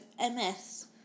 MS